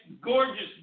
gorgeous